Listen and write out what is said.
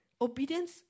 Obedience